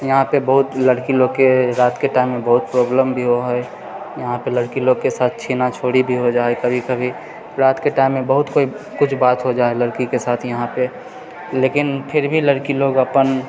यहाँपे बहुत लड़की लोगके रातिके टाइममे बहुत प्रॉब्लम भी होए हइ यहाँपे लड़की लोगके साथ छिना छोड़ी भी हो जाए हइ कभी कभी रातिके टाइममे बहुत कोइ किछु बात हो जाए है लड़की लोगके साथ यहाँपे लेकिन फिरभी लड़की लोग अपन